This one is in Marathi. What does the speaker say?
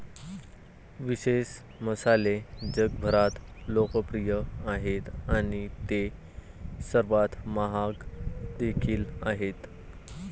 विशेष मसाले जगभरात लोकप्रिय आहेत आणि ते सर्वात महाग देखील आहेत